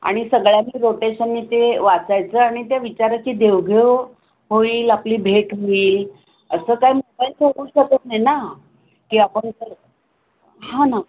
आणि सगळ्यांनी रोटेशनने ते वाचायचं आणि त्या विचाराची देवघेव होईल आपली भेट होईल असं काय मोबाईल देऊ शकत नाही ना की आपण हा ना